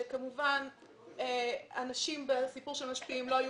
כמובן הנשים בסיפור של המשפיעים בהתחלה לא היו